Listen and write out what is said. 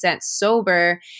sober